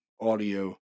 audio